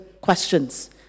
questions